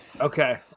okay